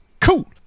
cool